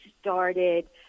started